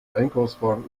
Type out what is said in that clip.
einkaufswagen